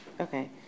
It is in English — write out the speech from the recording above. okay